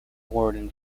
warden